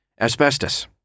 Asbestos